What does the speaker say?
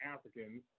Africans